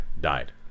Died